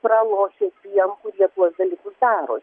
pralošia tiems kurie tuos dalykus daro